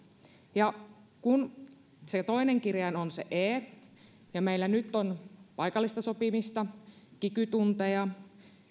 ja kun se toinen kirjain on se e ja meillä nyt on paikallista sopimista kiky tunteja